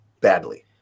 badly